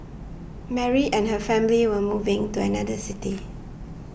Mary and her family were moving to another city